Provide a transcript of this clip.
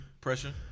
Pressure